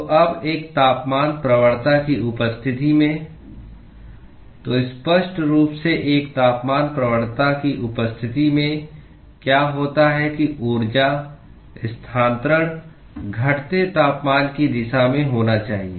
तो अब एक तापमान प्रवणता की उपस्थिति में तो स्पष्ट रूप से एक तापमान प्रवणता की उपस्थिति में क्या होता है कि ऊर्जा स्थानांतरण घटते तापमान की दिशा में होना चाहिए